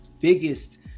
biggest